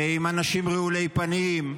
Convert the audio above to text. עם אנשים רעולי פנים,